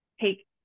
take